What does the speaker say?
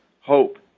hope